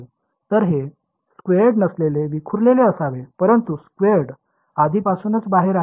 तर हे स्वैअर्ड नसलेले विखुरलेले असावे परंतु स्वैअर्ड आधीपासूनच बाहेर आहे